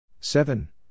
seven